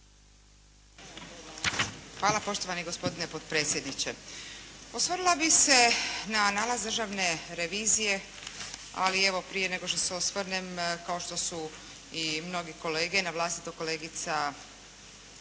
Hvala poštovani gospodine potpredsjedniče. Osvrnula bi se na nalaz državne revizije, ali evo prije nego što se osvrnem kao što su i mnogi kolege, na vlastito kolegica